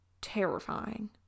terrifying